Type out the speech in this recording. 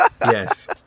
Yes